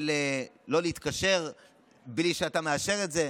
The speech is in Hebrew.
של לא להתקשר בלי שאתה מאשר את זה,